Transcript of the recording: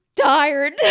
tired